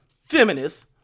feminists